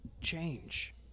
change